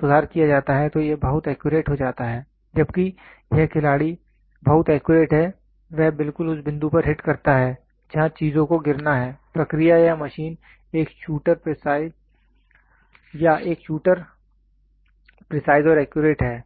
सुधार किया जाता है तो यह बहुत एक्यूरेट हो जाता है जबकि यह खिलाड़ी बहुत एक्यूरेट है वह बिल्कुल उस बिंदु पर हिट करता है जहां चीजों को गिरना है प्रक्रिया या मशीन या एक शूटर प्रिसाइज और एक्यूरेट है